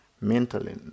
mentally